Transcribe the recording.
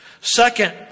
Second